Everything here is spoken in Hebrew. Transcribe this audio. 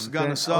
סגן השר,